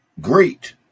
great